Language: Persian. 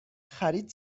خرید